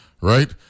right